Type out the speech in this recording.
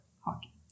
hockey